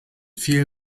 viel